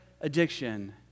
addiction